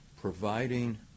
providing